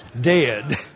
Dead